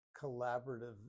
collaborative